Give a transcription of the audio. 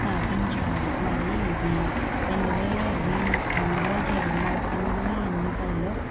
స్థాపించారు మరియు ఇది రెండు వేల ఇరవై మూడులో జరిగిన అసెంబ్లీ ఎన్నికలలో